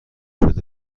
شده